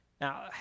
Now